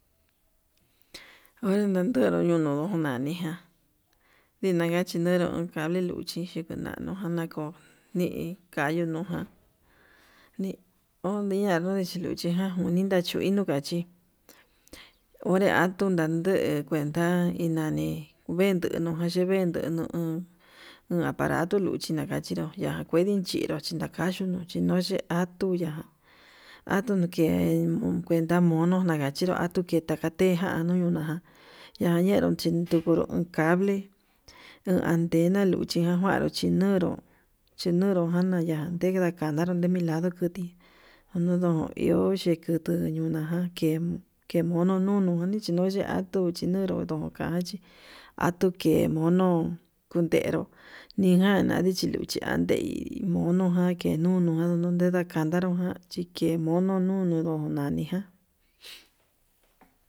Onron nandunru yunuu nani ján nidachinero clave luchí xhikunanu ján nako'o nikayu nuján ni ondiña kanuu chiluchi ján nuni kachiunu nachí, onre atuu nandu kuenta inanni ventunu jan chín ventunu uun nuu naparatu luchí nachinró nda kueyi chindu chi nakayun, chinuche atuya atun ke'e kuenta mono nakachinro atuu kue ndakate njanuu naján ña'a ñenro chín nguru cable ndu atena luchi jan kuaru chínuru chinuru janaya'a, ndenakanaru nde milanru kuti nodo iho chikutu kuñajan hí ke mono nuu nuni chinu ueye atuu chinunru tuun kachi atuu ke mono kuntero nijan nani chiluchi andei mono jan keno. nodojan nake nakandaro ujan chike mono nunu ndono nanijan.